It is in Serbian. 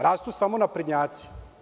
Rastu samo naprednjaci.